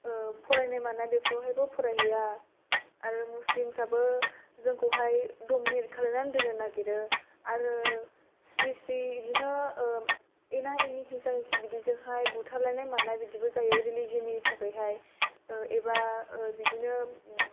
फरायनाय मानाय बेफोरावबो फराय हैया आरो मुस्लिमफ्राबो जोंखौहाय दमिनेट खालामना दोननो नागिरो आरो स्रि स्रि बिदिनो एना एनि हिंसा हिंसि बिदि जों हाय बुथारनाय मानाय बिदिबो जायो रिलिजननि थाखायहाय एबा बिदिनो